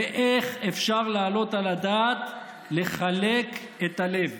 ואיך אפשר להעלות על הדעת לחלק את הלב?